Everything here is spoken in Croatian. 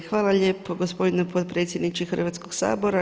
Je, hvala lijepo gospodine potpredsjedniče Hrvatskoga sabora.